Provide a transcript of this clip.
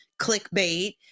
clickbait